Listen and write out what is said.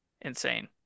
insane